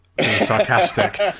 sarcastic